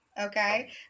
Okay